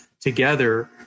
together